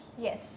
Yes